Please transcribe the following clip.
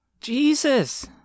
Jesus